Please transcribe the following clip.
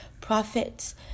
prophets